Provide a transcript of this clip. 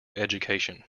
education